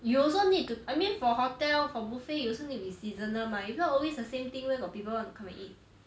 you also need to I mean for hotel for buffet you also need to be seasonal mah if not always the same thing where got people want to come and eat